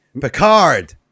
Picard